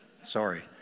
Sorry